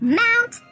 mount